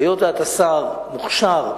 היות שאתה שר מוכשר,